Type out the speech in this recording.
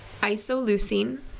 isoleucine